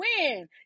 win